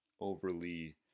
overly